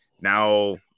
now